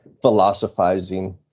philosophizing